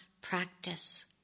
practice